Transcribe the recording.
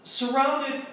surrounded